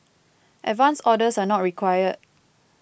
advance orders are not required